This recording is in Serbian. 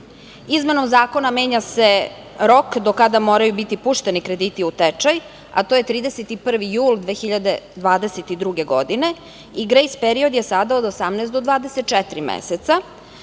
Izmenom zakona menja se rok do kada moraju biti pušteni krediti u tečaj, a to je 31. jul 2022. godine i grejs period je sada od 18 do 24 meseca